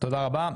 תודה רבה.